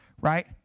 right